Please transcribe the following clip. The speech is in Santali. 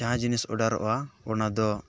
ᱡᱟᱦᱟᱸ ᱡᱤᱱᱤᱥ ᱚᱰᱟᱨᱚᱜᱼᱟ ᱚᱱᱟ ᱫᱚ